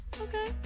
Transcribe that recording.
Okay